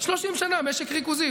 30 שנה משק ריכוזי,